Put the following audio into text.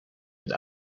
het